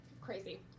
crazy